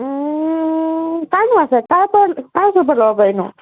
কাৰনো আছে কাৰ পৰা কাৰ ওচৰৰ পৰা ল'ব পাৰিনো